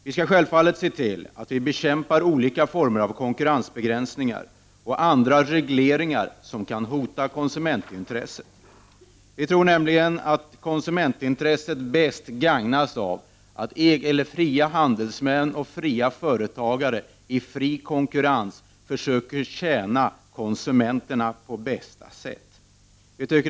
Vi skall självfallet se till att vi bekämparolika former av konkurrensbegränsningar och andra regleringar som kan hota konsumentintresset. Vi tror att konsumentintresset bäst gagnas av att fria handelsmän och fria företagare i fri konkurrens försöker tjäna konsumenterna på bästa sätt.